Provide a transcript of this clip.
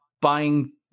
buying